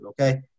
okay